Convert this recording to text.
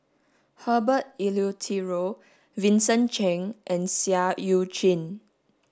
Herbert Eleuterio Vincent Cheng and Seah Eu Chin